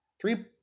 Three